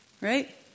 right